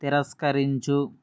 తిరస్కరించు